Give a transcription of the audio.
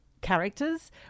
characters